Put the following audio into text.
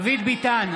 ביטן,